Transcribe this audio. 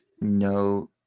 no